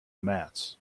mats